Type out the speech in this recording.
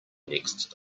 next